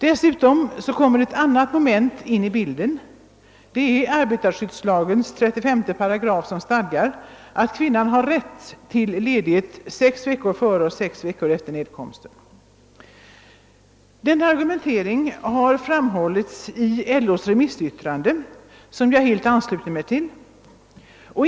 Dessutom kommer ett annat moment in i bilden, nämligen arbetarskyddslagens 35 §, som stadgar att kvinnan har rätt till ledighet sex veckor före och sex veckor efter nedkomsten. Denna argumentering har framförts i LO:s remissyttrande, som jag helt ansluter mig till.